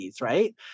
right